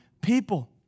people